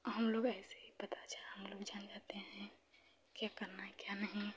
हमलोग ऐसे ही पता चल हमलोग जान जाते हैं क्या करना है क्या नहीं